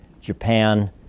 Japan